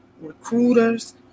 recruiters